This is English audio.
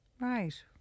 right